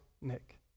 Nick